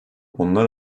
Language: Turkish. onlar